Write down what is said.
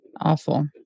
Awful